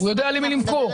הוא יודע למי למכור.